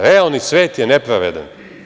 Realni svet je nepravedan.